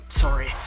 sorry